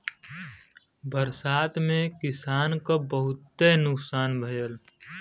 बरसात में किसान क बहुते नुकसान भयल